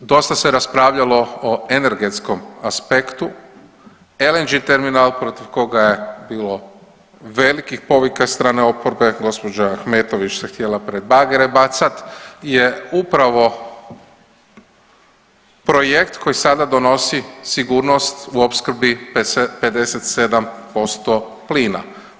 Uz to dosta se raspravljalo o energetskom aspektu, LNG terminal protiv koga je bilo velikih povika od strane oporbe, gospođa Ahmetović se htjela pred bagere bacat je upravo projekt koji sada donosi sigurnost u opskrbi 57% plina.